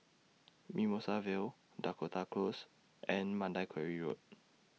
Mimosa Vale Dakota Close and Mandai Quarry Road